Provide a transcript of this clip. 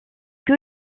que